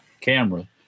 camera